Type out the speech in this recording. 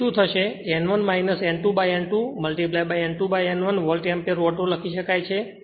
તેથી શું થશે તે N1 N2N2 N2N1 volt ampere ઓટો લખી શકાય છે